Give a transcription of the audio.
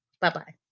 Bye-bye